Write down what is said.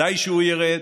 ודאי שהוא ירד.